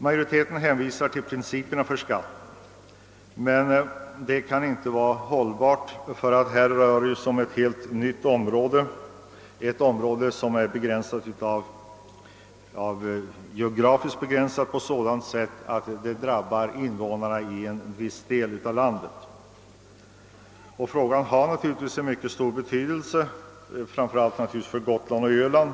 Majoriteten hänvisar till principerna för skatt, men detta resonemang kan inte vara hållbart. Här rör det sig nämligen om ett helt nytt skattepålägg, som är geografiskt begränsat på ett sådant sätt att det drabbar invånarna i en viss del av landet. Frågan har naturligtvis mycket stor betydelse, framför allt för Gotland och Öland.